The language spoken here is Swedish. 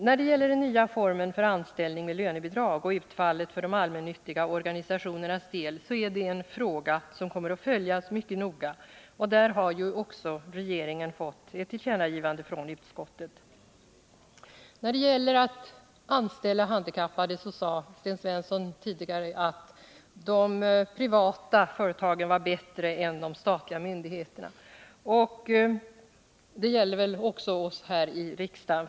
När det gäller den nya formen för anställning med lönebidrag och utfallet för de allmännyttiga organisationernas del är det en fråga som kommer att följas mycket noga, och där har ju också regeringen fått ett tillkännagivande När det gäller att anställa handikappade sade Sten Svensson tidigare att de privata företagen är bättre än de statliga myndigheterna — och det gäller väl också riksdagen.